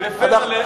בפה מלא.